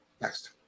next